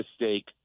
mistake